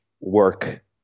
work